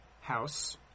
House